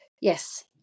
yes